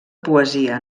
poesia